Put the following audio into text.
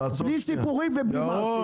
בלי סיפורים ובלי מעשים.